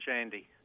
Andy